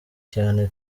cyane